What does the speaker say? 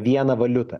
vieną valiutą